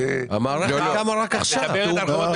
המערכת קמה רק עכשיו.